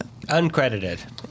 Uncredited